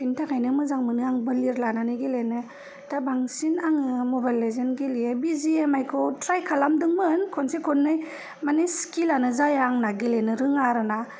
बेनि थाखायनो मोजां मोनो आं बोलिर लानानै गेलेनो दा बांसिन आङो मबाइल लेजेन गेलेयो बि जि एम आय खौ थ्राय खालामदोंमोन खनसे खननै मानि स्खिलानो जाया आंना मानि गेलेनो रोङा ना